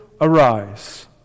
Arise